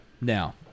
Now